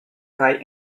kaj